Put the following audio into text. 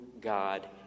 God